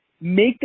Make